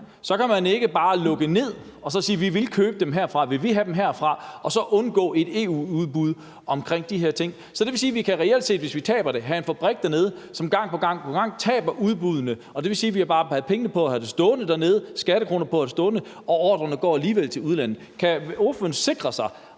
kan man ikke bare lukke ned og så sige, at man vil købe dem herfra, og at man vil have dem herfra, og så undgå et EU-udbud omkring de her ting. Det vil sige, at hvis vi taber det, kan vi reelt set have en fabrik dernede, som gang på gang taber udbuddene, og det vil sige, at vi bare har brugt skattekroner på at have det stående dernede, mens ordrerne alligevel går til udlandet. Vil ordføreren her i